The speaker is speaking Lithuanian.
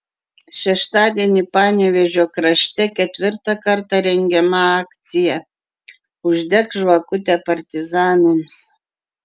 šeštadienį panevėžio krašte ketvirtą kartą rengiama akcija uždek žvakutę partizanams